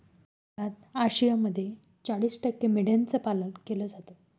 जगात आशियामध्ये चाळीस टक्के मेंढ्यांचं पालन केलं जातं